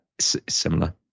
Similar